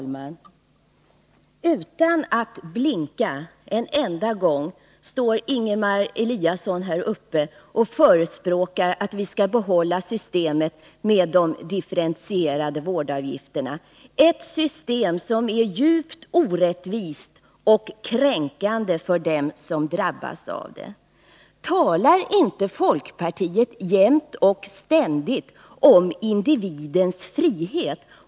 Fru talman! Utan att blinka en enda gång står Ingemar Eliasson här och förespråkar att vi skall behålla systemet med de differentierade vårdavgifterna — ett system som är djupt orättvist och kränkande för dem som drabbas av det. Talar inte folkpartiet jämt och ständigt om individens frihet?